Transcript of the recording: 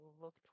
look